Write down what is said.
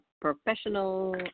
professional